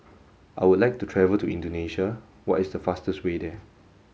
I would like to travel to Indonesia what is the fastest way there